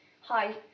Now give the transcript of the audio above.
hi